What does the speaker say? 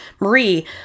Marie